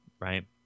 Right